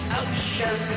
ocean